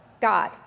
God